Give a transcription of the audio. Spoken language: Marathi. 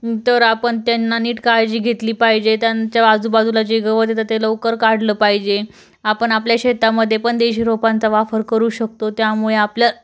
तर आपण त्यांना नीट काळजी घेतली पाहिजे त्यांच्या आजूबाजूला जे गवत येतं ते लवकर काढलं पाहिजे आपण आपल्या शेतामध्ये पण देशी रोपांचा वापर करू शकतो त्यामुळे आपल्या